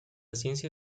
ciencia